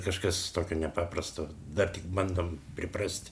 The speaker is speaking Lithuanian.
kažkas tokio nepaprasto dar tik bandom priprasti